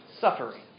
suffering